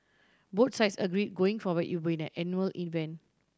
both sides agree going forward it would be an annual event